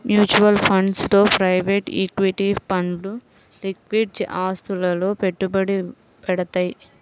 mutual funds లో private equity ఫండ్లు liquid ఆస్తులలో పెట్టుబడి పెడతయ్యి